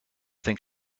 think